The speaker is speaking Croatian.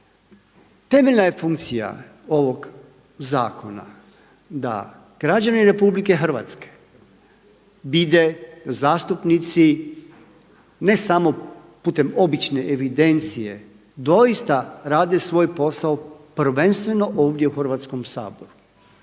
Temeljna je funkcija ovog zakona da građani RH vide zastupnici ne samo putem obične evidencije, doista rade svoj posao prvenstveno ovdje u Hrvatskom saboru,